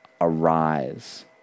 arise